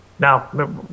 Now